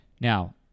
Now